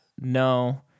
no